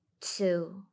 two